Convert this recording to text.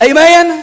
Amen